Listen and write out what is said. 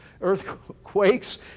earthquakes